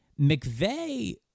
McVeigh